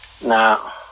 Now